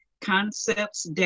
Concepts